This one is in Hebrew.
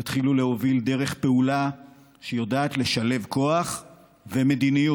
תתחילו להוביל דרך פעולה שיודעת לשלב כוח ומדיניות.